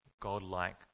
God-like